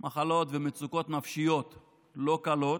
מחלות ומצוקות נפשיות לא קלות,